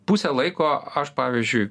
pusę laiko aš pavyzdžiui